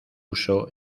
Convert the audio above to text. uso